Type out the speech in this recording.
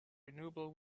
renewable